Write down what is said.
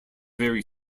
very